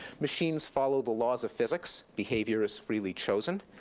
machines follow the laws of physics, behavior is freely chosen.